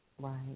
Right